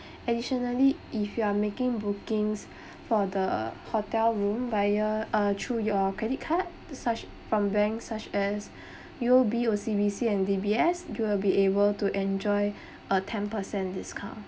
additionally if you are making bookings for the hotel room by your uh through your credit card to such from bank such as U_O_B O_C_B_C and D_B_S you'll be able to enjoy a ten percent discount